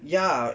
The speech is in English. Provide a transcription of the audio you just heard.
ya